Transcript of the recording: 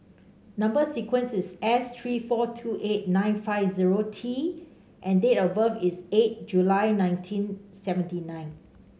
number sequence is S three four two eight nine five zero T and date of birth is eight July nineteen seventy nine